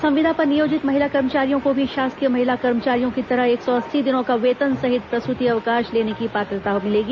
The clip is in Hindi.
संविदा पर नियोजित महिला कर्मचारियों को भी शासकीय महिला कर्मचारियों की तरह एक सौ अस्सी दिनों का वेतन सहित प्रसूति अवकाश लेने की पात्रता मिलेगी